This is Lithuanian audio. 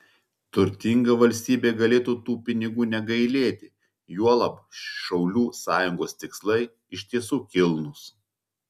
turtinga valstybė galėtų tų pinigų negailėti juolab šaulių sąjungos tikslai iš tiesų kilnūs